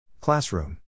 Classroom